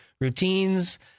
routines